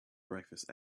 breakfast